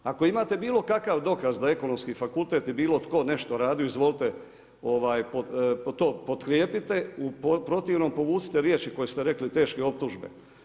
Ako imate bilo kakav dokaz da Ekonomski fakultet i bilo tko nešto radio izvolite potkrijepite u protivnom povucite riječi koje ste rekli i teške optužbe.